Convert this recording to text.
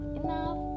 enough